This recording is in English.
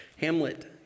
Hamlet